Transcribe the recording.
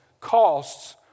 costs